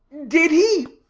did he?